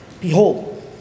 Behold